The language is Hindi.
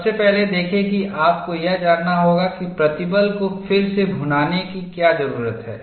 सबसे पहले देखें कि आपको यह जानना होगा कि प्रतिबल को फिर से भुनाने की क्या जरूरत है